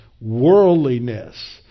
worldliness